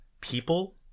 people